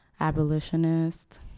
abolitionist